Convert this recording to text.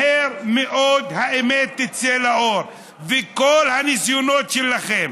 מהר מאוד האמת תצא לאור, וכל הניסיונות שלכם